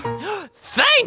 Thank